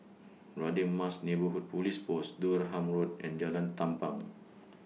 Radin Mas Neighbourhood Police Post Durham Road and Jalan Tampang